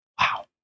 Wow